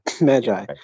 Magi